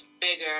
bigger